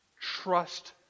Trust